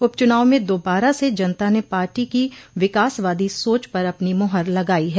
उप चुनाव में दोबारा से जनता ने पार्टी की विकासवादी सोच पर अपनी मोहर लगाई है